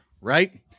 right